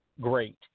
great